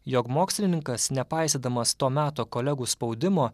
jog mokslininkas nepaisydamas to meto kolegų spaudimo